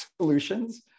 solutions